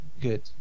Good